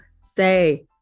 say